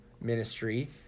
ministry